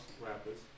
rappers